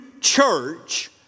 church